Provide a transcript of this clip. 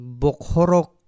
bokhorok